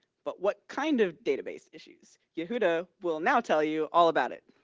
but what kind of database issues? yehuda will now tell you all about it.